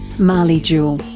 mahlie jewell.